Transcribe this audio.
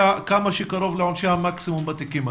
בתיקים הללו כמה שקרוב לעונשי המקסימום.